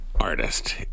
artist